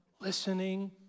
listening